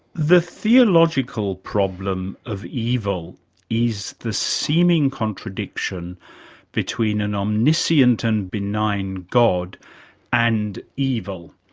the theological problem of evil is the seeming contradiction between an omniscient and benign god and evil.